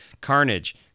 Carnage